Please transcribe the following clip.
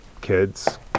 kids